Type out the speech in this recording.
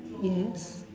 yes